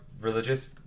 religious